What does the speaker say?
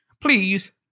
Please